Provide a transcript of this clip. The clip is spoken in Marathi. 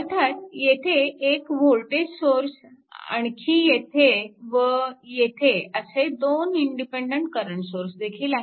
अर्थात येथे एक वोल्टेज सोर्स आणखी येथे व येथे असे दोन इंडिपेन्डन्ट करंट सोर्स देखील आहेत